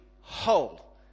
whole